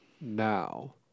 now